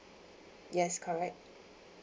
yes correct